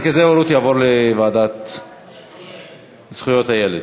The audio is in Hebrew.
ומרכזי הורות, לוועדה לזכויות הילד.